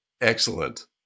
Excellent